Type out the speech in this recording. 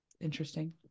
interesting